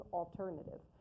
alternative